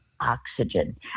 oxygen